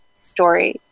story